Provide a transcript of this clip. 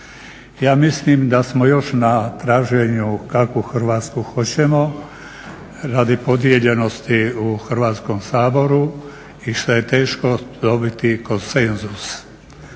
Ja mislim da smo još na traženju kakvu Hrvatsku hoćemo radi podijeljenosti u Hrvatskom saboru i što je teško dobiti konsenzus.